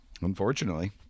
unfortunately